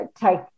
take